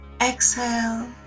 Exhale